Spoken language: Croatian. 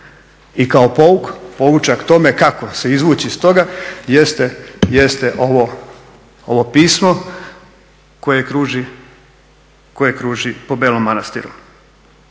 I kao poučak tome kako se izvući iz toga jeste ovo pismo koje kruži po Belom Manastiru.